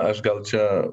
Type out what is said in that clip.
aš gal čia